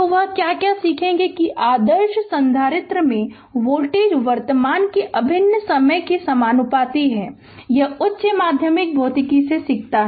तो वह क्या क्या सीखेगा कि आदर्श संधारित्र में वोल्टेज वर्तमान के अभिन्न समय के समानुपाती है यह उच्च माध्यमिक भौतिकी से भी सीखता है